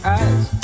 eyes